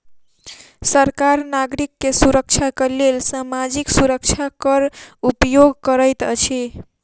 सरकार नागरिक के सुरक्षाक लेल सामाजिक सुरक्षा कर उपयोग करैत अछि